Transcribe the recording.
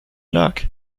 luck